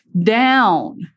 down